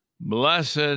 blessed